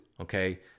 okay